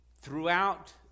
throughout